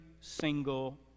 single